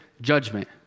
judgment